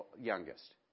youngest